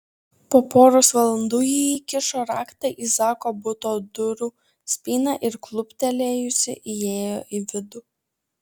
po poros valandų ji įkišo raktą į zako buto durų spyną ir kluptelėjusi įėjo vidun